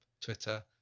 Twitter